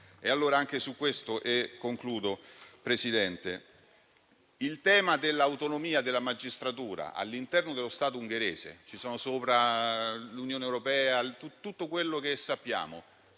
sul tema dell'autonomia della magistratura all'interno dello Stato ungherese, al di sopra vi è l'Unione europea, con tutto quello che sappiamo.